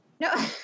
no